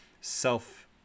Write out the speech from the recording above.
self